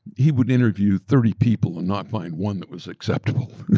he would interview thirty people and not find one that was acceptable.